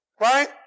Right